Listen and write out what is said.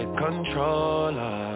controller